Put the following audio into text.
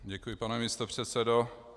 Děkuji, pane místopředsedo.